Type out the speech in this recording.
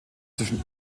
zwischen